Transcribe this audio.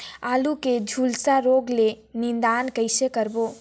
आलू के झुलसा रोग ले निदान कइसे करबो?